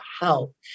help